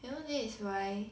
you know this is why